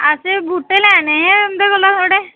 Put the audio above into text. असें बहूटे लैने हे उं'दे कोला थोह्ड़े